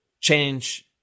change